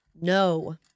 No